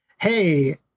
hey